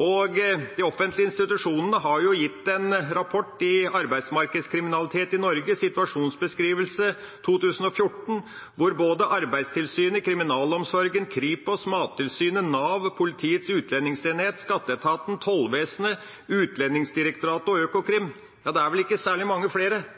og de offentlige institusjonene har gitt en rapport om arbeidsmarkedskriminalitet i Norge, en situasjonsbeskrivelse for 2014, hvor både Arbeidstilsynet, kriminalomsorgen, Kripos, Mattilsynet, Nav, Politiets utlendingsenhet, skatteetaten, tollvesenet, Utlendingsdirektoratet og Økokrim – ja, det er vel ikke særlig mange flere –